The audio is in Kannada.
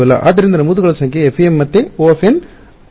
ಆದ್ದರಿಂದ ನಮೂದುಗಳ ಸಂಖ್ಯೆ FEM ಮತ್ತೆ O ಆಗಿದೆ